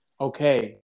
Okay